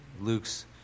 Luke's